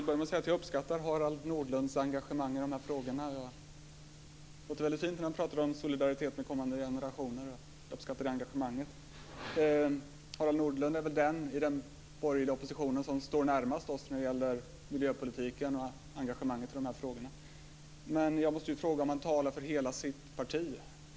Fru talman! Jag uppskattar Harald Nordlunds engagemang i de här frågorna. Det låter väldigt fint när han talar om solidaritet med de kommande generationerna. Jag uppskattar engagemanget. Harald Nordlund är väl den i den borgerliga oppositionen som står oss närmast vad gäller miljöpolitiken och engagemanget för de här frågorna. Men jag måste fråga om han talar för hela sitt parti.